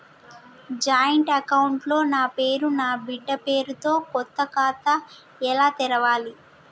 Joint account లో నా పేరు నా బిడ్డే పేరు తో కొత్త ఖాతా ఎలా తెరవాలి?